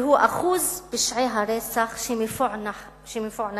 והוא אחוז פשעי הרצח שמפוענחים